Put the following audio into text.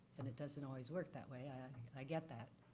and it doesn't always work that way. i get that.